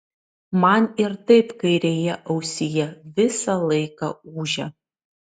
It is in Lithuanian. man ir taip kairėje ausyje visą laiką ūžia